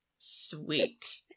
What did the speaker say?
Sweet